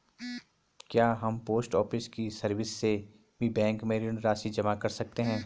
क्या हम post office की सर्विस से भी बैंक में ऋण राशि जमा कर सकते हैं?